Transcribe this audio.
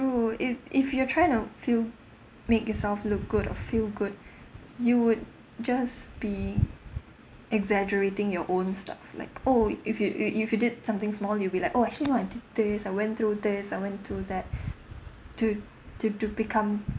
if if you're trying to feel make yourself look good or few good you would just be exaggerating your own stuff like oh if you you if you did something small you'll be like oh I went through this I went to that to to to become